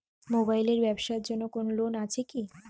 Mobile এর ব্যাবসার জন্য কোন লোন আছে কি?